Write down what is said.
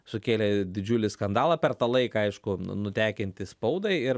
sukėlė didžiulį skandalą per tą laiką aišku nu nutekinti spaudai ir